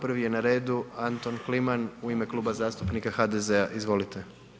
Prvi je na redu Anton Kliman u ime Kluba zastupnika HDZ-a, izvolite.